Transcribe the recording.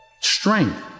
strength